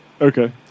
Okay